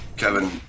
Kevin